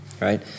right